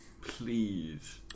please